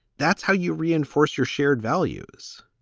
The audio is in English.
that's how you reinforce your shared values